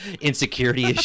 insecurity